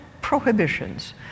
prohibitions